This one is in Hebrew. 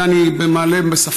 את זה אני מעלה בספק,